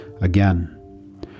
again